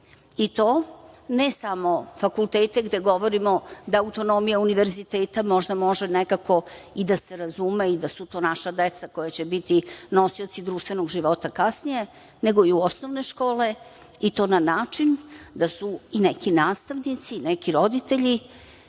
To ne samo fakultete, gde govorimo da autonomija univerziteta možda može nekako i da se razume i da su to naša deca koja će biti nosioci društvenog života kasnije, nego i u osnovne škole i to na način da su neki nastavnici, neki roditelji